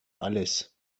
alles